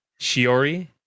Shiori